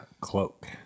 cloak